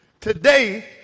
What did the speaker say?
Today